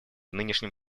нынешнем